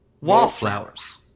wallflowers